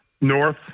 north